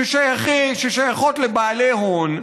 ששייכות לבעלי הון,